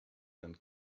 and